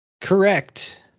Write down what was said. Correct